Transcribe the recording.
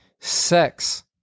sex